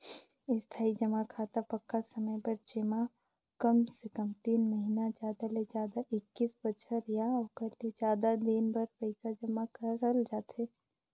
इस्थाई जमा खाता पक्का समय बर जेम्हा कमसे कम तीन महिना जादा ले जादा एक्कीस बछर या ओखर ले जादा दिन बर पइसा जमा करल जाथे